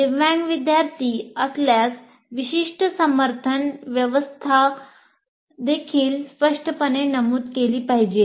दिव्यांग विद्यार्थी असल्यास विशिष्ट समर्थन व्यवस्था देखील स्पष्टपणे नमूद केली पाहिजे